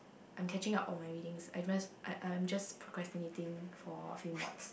I'm catching up on my readings I must I I am just procrastinating for a few mods